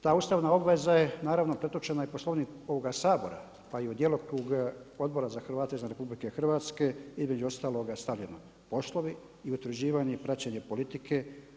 Ta ustavna obveza je naravno pretočena i u Poslovnik ovoga Sabora pa i u djelokrug Odbora za Hrvate izvan RH, između ostaloga stavljenog poslovi i utvrđivanje i praćenje politike.